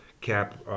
cap